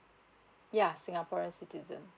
ya singapore citizen